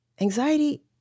Anxiety